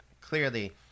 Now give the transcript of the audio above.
clearly